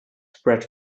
spread